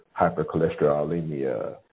hypercholesterolemia